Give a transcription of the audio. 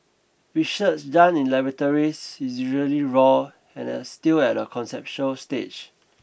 research done in laboratories is usually raw and still at a conceptual stage